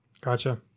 gotcha